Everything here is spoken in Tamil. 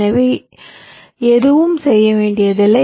எனவே எதுவும் செய்ய வேண்டியதில்லை